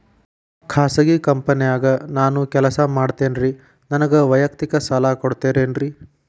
ಖಾಸಗಿ ಕಂಪನ್ಯಾಗ ನಾನು ಕೆಲಸ ಮಾಡ್ತೇನ್ರಿ, ನನಗ ವೈಯಕ್ತಿಕ ಸಾಲ ಕೊಡ್ತೇರೇನ್ರಿ?